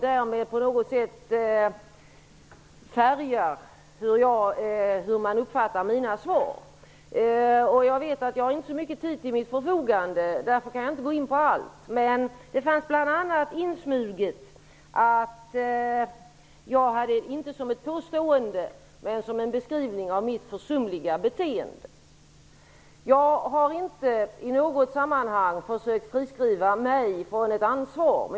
Därmed färgas uppfattningen av mina svar. Jag vet att jag inte har så mycket tid till mitt förfogande. Därför kan jag inte gå in på allt. I anförandet fanns bl.a. insmuget, inte som ett påstående utan som en beskrivning, mitt försumliga beteende. Jag har inte i något sammanhang försökt friskriva mig från ett ansvar.